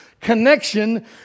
connection